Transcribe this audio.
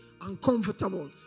uncomfortable